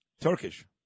Turkish